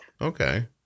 Okay